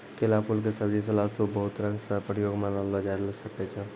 केला फूल के सब्जी, सलाद, सूप बहुत तरह सॅ प्रयोग मॅ लानलो जाय ल सकै छो